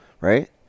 Right